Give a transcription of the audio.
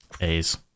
A's